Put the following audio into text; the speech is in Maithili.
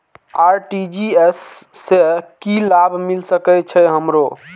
आर.टी.जी.एस से की लाभ मिल सके छे हमरो?